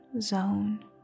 zone